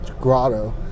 grotto